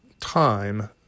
time